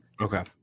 Okay